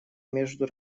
между